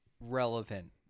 Relevant